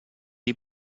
die